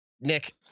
Nick